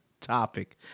topic